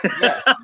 Yes